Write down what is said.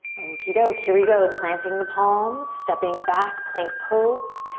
okie doke, here we go. planting the palms, stepping it back, plank pose.